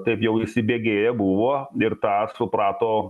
taip jau įsibėgėję buvo ir tą suprato